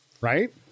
Right